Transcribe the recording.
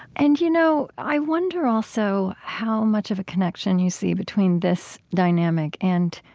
and, you know, i wonder also how much of a connection you see between this dynamic and